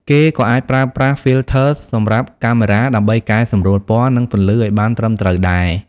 គេក៏អាចប្រើប្រាស់ Filters សម្រាប់កាមេរ៉ា ដើម្បីកែសម្រួលពណ៌ និងពន្លឺឲ្យបានត្រឹមត្រូវដែរ។